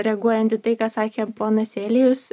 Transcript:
reaguojant į tai ką sakė ponas elijus